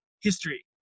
history